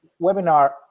Webinar